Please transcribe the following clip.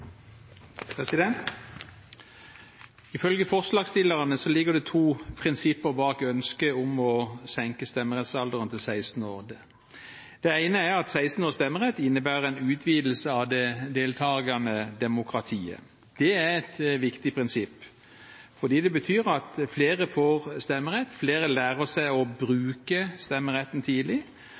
Ifølge forslagsstillerne ligger det to prinsipper bak ønsket om å senke stemmerettsalderen til 16 år. Det ene er at 16-års stemmerett innebærer en utvidelse av det deltakende demokratiet. Det er et viktig prinsipp, fordi det betyr at flere får stemmerett, flere lærer seg å bruke stemmeretten tidlig,